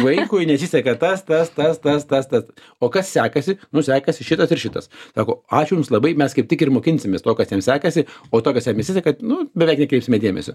vaikui nesiseka tas tas tas tas tas tas o kas sekasi nu sekasi šitas ir šitas sako ačiū jums labai mes kaip tik ir mokinsimės to kas jam sekasi o to kas jam nesiseka nu beveik nekreipsime dėmesio